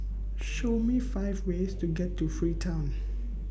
Show Me five ways to get to Freetown